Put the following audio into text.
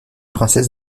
princesse